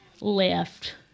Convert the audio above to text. left